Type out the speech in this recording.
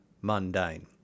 mundane